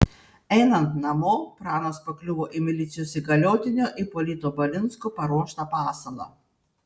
einant namo pranas pakliuvo į milicijos įgaliotinio ipolito balinsko paruoštą pasalą